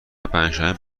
پنجشنبه